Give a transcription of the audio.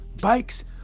Bikes